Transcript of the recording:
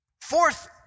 Fourth